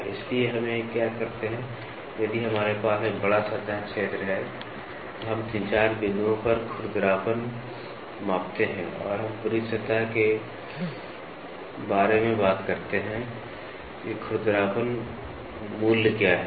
तो इसलिए हम क्या करते हैं यदि हमारे पास एक बड़ा सतह क्षेत्र है तो हम 3 4 बिंदुओं पर खुरदरापन मापते हैं और हम पूरी सतह के बारे में बात करते हैं कि खुरदरापन मूल्य क्या है